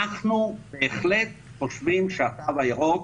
אנחנו בהחלט חושבים שהתו הירוק